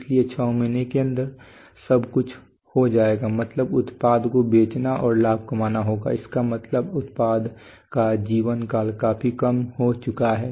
इसलिए 6 महीने के अंदर सब कुछ हो जाएगा मतलब उत्पाद को बेचना और लाभ कमाना होगा इसका मतलब उत्पाद का जीवनकाल काफी कम हो चुका है